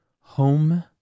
home